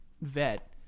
vet